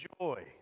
joy